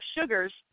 sugars